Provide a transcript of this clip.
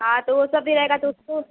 हाँ तो वह सब भी रहेगा तो उसको